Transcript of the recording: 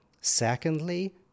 secondly